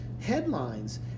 headlines